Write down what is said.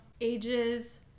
ages